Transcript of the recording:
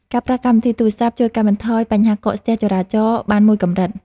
ការប្រើកម្មវិធីទូរសព្ទ ជួយកាត់បន្ថយបញ្ហាកកស្ទះចរាចរណ៍បានមួយកម្រិត។